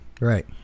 Right